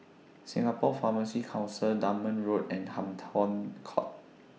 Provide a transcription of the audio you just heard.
Singapore Pharmacy Council Dunman Road and Hampton Court